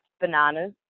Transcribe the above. bananas